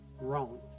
wrong